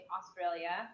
Australia